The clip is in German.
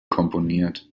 komponiert